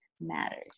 matters